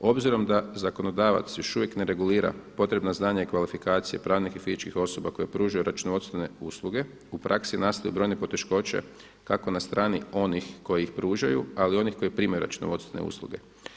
Obzirom da zakonodavac još uvijek ne regulira potrebna znanja i kvalifikacije pravnih i fizičkih osoba koje pružaju računovodstvene usluge u praksi nastaju brojne poteškoće kako na strani onih koji ih pružaju ali i onih koji primaju računovodstvene usluge.